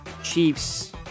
Chiefs